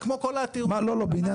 ברגע